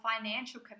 financial